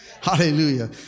Hallelujah